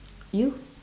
you